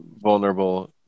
vulnerable